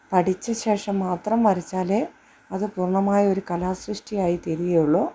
പഠിച്ച ശേഷം മാത്രം വരച്ചാലെ അത് പൂർണ്ണമായ ഒരു കലാ സൃഷ്ടി ആയി തീരുകയുള്ളു